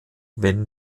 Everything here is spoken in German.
wenn